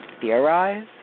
theorize